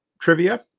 trivia